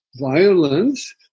violence